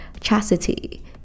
chastity